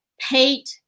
paint